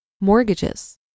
Mortgages